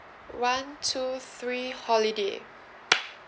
one two three holiday